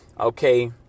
okay